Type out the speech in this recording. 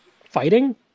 Fighting